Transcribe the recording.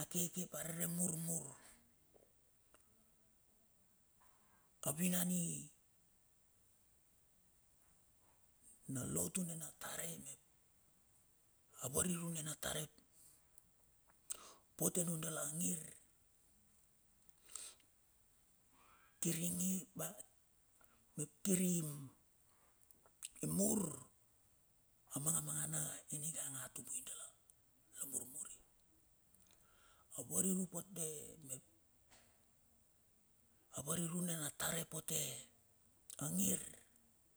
ap rere murmur avinani na lotu nina tare, mep a variru nina tare, pote anun dala ngir kiri kiri mur amanga amangana ningang a tumbui dala la mur muri avariru nina tar pote a angir.